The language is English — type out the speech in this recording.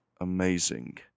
amazing